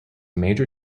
major